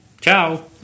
ciao